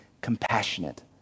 compassionate